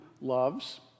loves